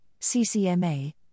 CCMA